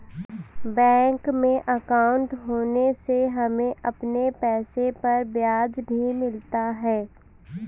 bank में अंकाउट होने से हमें अपने पैसे पर ब्याज भी मिलता है